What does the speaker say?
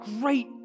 great